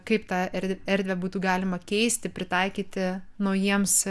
kaip tą erdvę erdvę būtų galima keisti pritaikyti naujiems